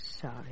sorry